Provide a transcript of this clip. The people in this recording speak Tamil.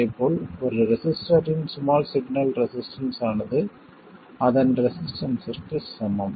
இதேபோல் ஒரு ரெசிஸ்டரின் ஸ்மால் சிக்னல் ரெசிஸ்டன்ஸ் ஆனது அதன் ரெசிஸ்டன்ஸ்ற்கு சமம்